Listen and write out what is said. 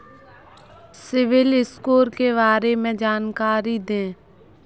CIBIL score के बारे में जानकारी दें?